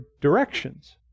directions